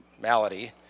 malady